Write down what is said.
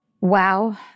Wow